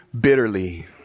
bitterly